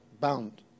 bound